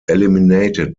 eliminated